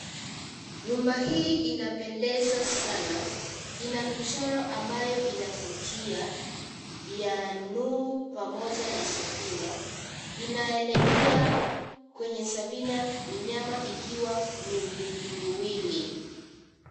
Nyumba hii inapendeza sana inamichoro ambayo inavutia ya Nuhu pamoja na safina, inaelekea kwenye safina minyama ikiwa miwilimiwili.